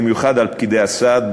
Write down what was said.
במיוחד על פקידי הסעד,